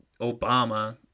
Obama